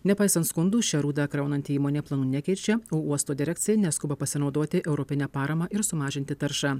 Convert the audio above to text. nepaisant skundų šią rūdą kraunanti įmonė planų nekeičia o uosto direkcija neskuba pasinaudoti europine parama ir sumažinti taršą